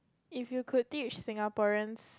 if you could teach Singaporeans